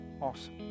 Awesome